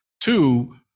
Two